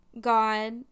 God